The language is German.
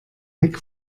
heck